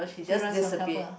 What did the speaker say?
she runs for couple